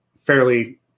fairly